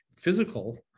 physical